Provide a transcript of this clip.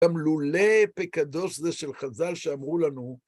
גם לולא בקדוש זה של חז"ל שאמרו לנו.